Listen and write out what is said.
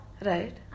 Right